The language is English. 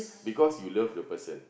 because you love the person